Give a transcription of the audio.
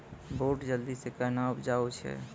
बूट जल्दी से कहना उपजाऊ छ?